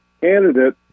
candidate